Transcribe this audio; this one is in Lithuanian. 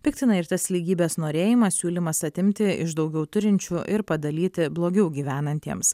piktina ir tas lygybės norėjimas siūlymas atimti iš daugiau turinčių ir padalyti blogiau gyvenantiems